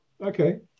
Okay